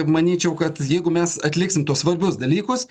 manyčiau kad jeigu mes atliksim tuos svarbius dalykus